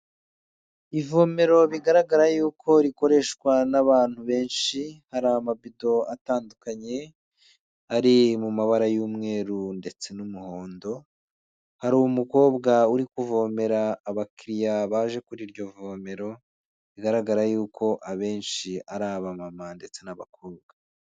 Ivomero bigaragara yuko rikoreshwa n'abantu benshi hari amabido atandukanye ari mu mabara y'umweru ndetse n'umuhondo, hari umukobwa uri kuvomera abakiriya baje kuri iryo vomero bigaragara yuko abenshi ari abamama ndetse n'abakobwa.